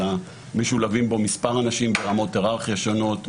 אלא משולבים בו מספר אנשים ברמות היררכיה שונות,